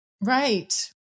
Right